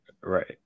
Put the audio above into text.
right